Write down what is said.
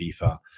FIFA